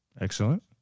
Excellent